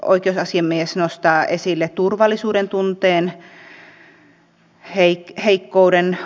oikeusasiamies nostaa esille turvallisuudentunteen heikkouden